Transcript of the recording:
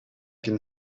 can